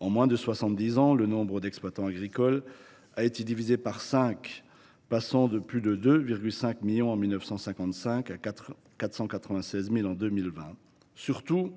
de soixante dix ans, le nombre d’exploitants agricoles a été divisé par cinq, passant de plus de 2,5 millions en 1955 à 496 000 en 2020. Surtout,